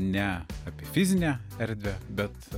ne apie fizinę erdvę bet